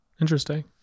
Interesting